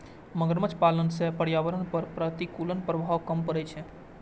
मगरमच्छ पालन सं पर्यावरण पर प्रतिकूल प्रभाव कम पड़ै छै